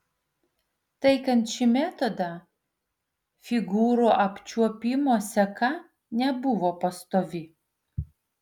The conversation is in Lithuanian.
taikant šį metodą figūrų apčiuopimo seka nebuvo pastovi